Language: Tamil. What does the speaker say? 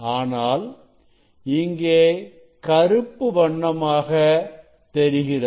ஆனால் இங்கே கருப்பு வண்ணமாக தெரிகிறது